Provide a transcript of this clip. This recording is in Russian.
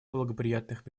благоприятных